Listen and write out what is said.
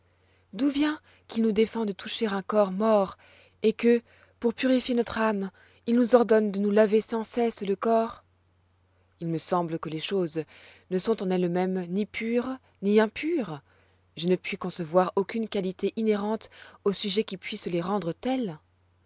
d'où vient qu'il nous défend de toucher un corps mort et que pour purifier notre âme il nous ordonne de nous laver sans cesse le corps il me semble que les choses ne sont en elles-mêmes ni pures ni impures je ne puis concevoir aucune qualité inhérente au sujet qui puisse les rendre telles